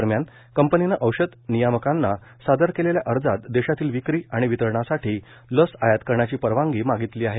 दरम्यान कंपनीनं औषध नियामकांना सादर केलेल्या अर्जात देशातील विक्री आणि वितरणासाठी लस आयात करण्याची परवानगी मागितली आहे